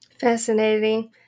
Fascinating